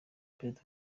perezida